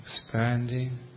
expanding